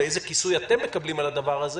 ואיזה כיסוי אתם מקבלים על הדבר הזה